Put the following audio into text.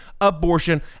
abortion